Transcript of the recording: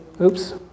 Oops